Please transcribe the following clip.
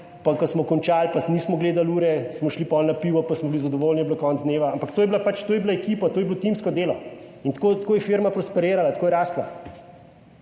pa, ko smo končali pa nismo gledali ure, smo šli pol na pivo, pa smo bili zadovoljni, je bilo konec dneva, ampak to je bila pač, to je bila ekipa, to je bilo timsko delo in tako, tako je firma prosperirala, tako je rasla.